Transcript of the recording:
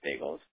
bagels